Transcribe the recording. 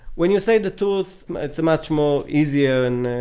when you say the truth, it's a much more easier and